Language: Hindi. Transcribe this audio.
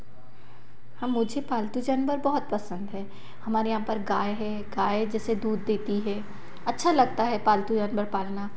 हाँ मुझे पालतू जानवर बहुत पसंद हैं हमारे यहाँ पर गाय है गाय जैसे दूध देती है अच्छा लगता है पालतू जानवर पालना